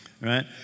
Right